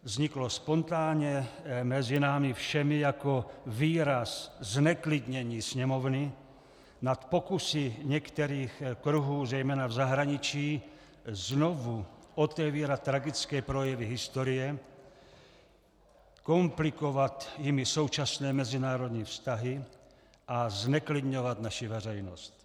Vzniklo spontánně mezi námi všemi jako výraz zneklidnění Sněmovny nad pokusy některých kruhů zejména v zahraničí znovu otevírat tragické projevy historie, komplikovat jimi současné mezinárodní vztahy a zneklidňovat naši veřejnost.